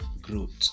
growth